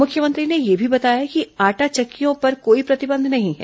मुख्यमंत्री ने यह भी बताया कि आटा चक्कियों पर कोई प्रतिबंध नहीं है